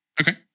Okay